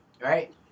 Right